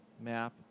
Map